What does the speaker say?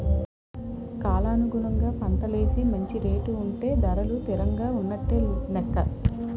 కాలానుగుణంగా పంటలేసి మంచి రేటు ఉంటే ధరలు తిరంగా ఉన్నట్టు నెక్క